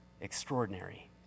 extraordinary